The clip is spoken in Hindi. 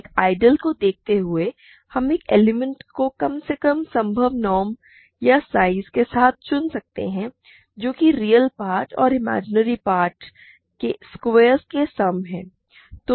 एक आइडियल को देखते हुए हम एक एलिमेंट को कम से कम संभव नॉर्म या साइज के साथ चुन सकते हैं जो कि रियल पार्ट और इमेजिनरी पार्ट के स्क्वायर्स का सम है